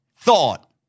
thought